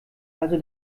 also